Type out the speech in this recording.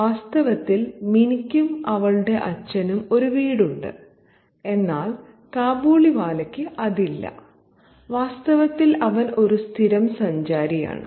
വാസ്തവത്തിൽ മിനിക്കും അവളുടെ അച്ഛനും ഒരു വീടുണ്ട് എന്നാൽ കാബൂളിവാലയ്ക്ക് അതില്ല വാസ്തവത്തിൽ അവൻ ഒരു സ്ഥിരം സഞ്ചാരിയാണ്